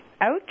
out